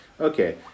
okay